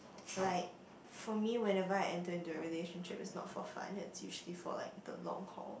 like for me whenever I enter into a relationship it's not for fun it's usually for like the long haul